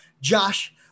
Josh